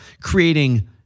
creating